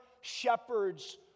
shepherds